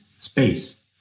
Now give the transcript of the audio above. space